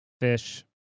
fish